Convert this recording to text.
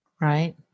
Right